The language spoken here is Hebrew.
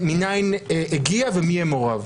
מנין הגיע ומי יהיה מעורב.